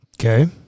Okay